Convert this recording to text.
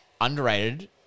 underrated